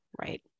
right